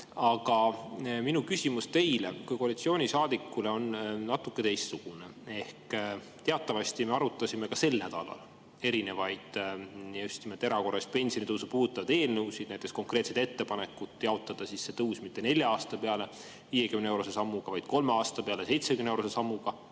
Aga minu küsimus teile kui koalitsioonisaadikule on natuke teistsugune. Teatavasti me arutasime ka sel nädalal erinevaid just nimelt erakorralist pensionitõusu puudutavaid eelnõusid, näiteks konkreetset ettepanekut jaotada see tõus mitte nelja aasta peale 50‑eurose sammuga, vaid kolme aasta peale 70‑eurose sammuga.